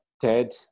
Ted